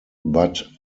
but